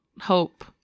hope